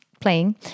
playing